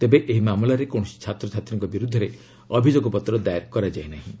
ତେବେ ଏହି ମାମଲାରେ କୌଣସି ଛାତ୍ରଛାତ୍ରୀଙ୍କ ବିର୍ଦ୍ଧରେ ଅଭିଯୋଗପତ୍ର ଦାଏର କରାଯାଇ ନାହିଁ